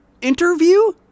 interview